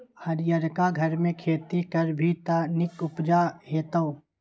हरियरका घरमे खेती करभी त नीक उपजा हेतौ